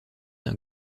d’un